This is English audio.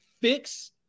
fix